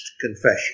confession